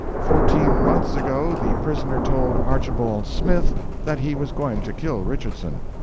fourteen months ago the prisoner told archibald smith that he was going to kill richardson.